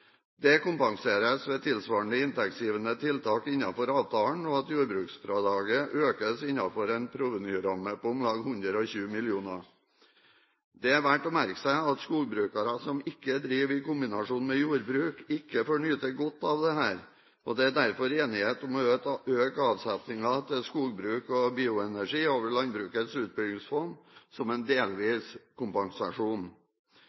Det kompenseres ved tilsvarende inntektsgivende tiltak innenfor avtalen og ved at jordbruksfradraget økes innenfor en provenyramme på om lag 120 mill. kr. Det er verdt å merke seg at skogbrukere som ikke driver i kombinasjon med jordbruk, ikke får nyte godt av dette, og det er derfor enighet om å øke avsetningen til skogbruk og bioenergi over Landbrukets utbyggingsfond som en